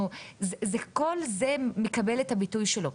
כל מענה מקבל את הביטוי שלו.